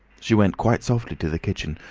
she went quite softly to the kitchen,